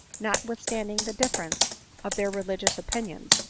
notwithstand ing the difference of their religious opinions,